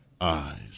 eyes